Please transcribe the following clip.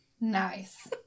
Nice